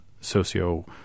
socio-